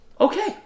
okay